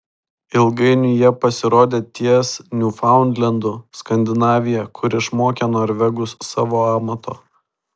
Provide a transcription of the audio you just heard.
ilgainiui jie pasirodė ties niufaundlendu skandinavija kur išmokė norvegus savo amato